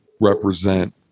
represent